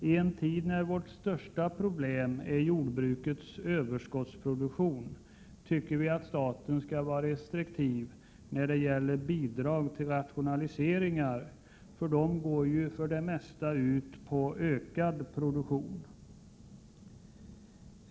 I en tid när vårt största problem är jordbrukets överskottsproduktion tycker vi att staten skall vara restriktiv med bidrag till rationaliseringar, eftersom sådana för det mesta går ut på ökad produktion.